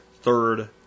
third